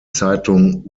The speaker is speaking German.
zeitung